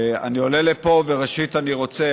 אני עולה לפה וראשית אני רוצה,